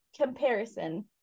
comparison